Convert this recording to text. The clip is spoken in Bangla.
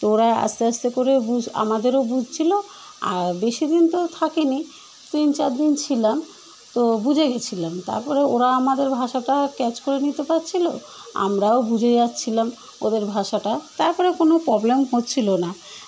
তো ওরা আস্তে আস্তে করে বুজ আমাদেরও বুঝছিলো আর বেশি দিন তো থাকি নি তিন চার দিন ছিলাম তো বুঝে গিয়েছিলাম তারপরে ওরা আমাদের ভাষাটা ক্যাচ করে নিতে পারছিলো আমরাও বুঝে যাচ্ছিলাম ওদের ভাষাটা তারপরে কোনো প্রবলেম হচ্ছিলো না